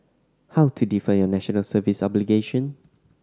how to defer your National Service obligation